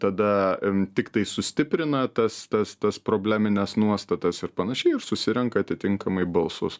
tada tiktai sustiprina tas tas tas problemines nuostatas ir panašiai ir susirenka atitinkamai balsus